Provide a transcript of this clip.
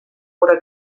oder